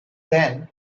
then